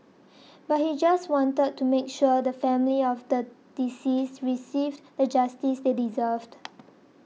but he just wanted to make sure the family of the deceased received the justice they deserved